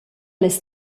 las